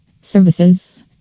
services